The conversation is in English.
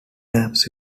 terms